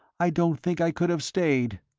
i don't think i could have stayed.